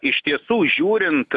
iš tiesų žiūrint